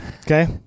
Okay